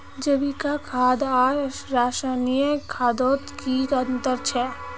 जैविक खाद आर रासायनिक खादोत की अंतर छे?